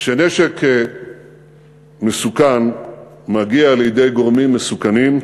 כשנשק מסוכן מגיע לידי גורמים מסוכנים,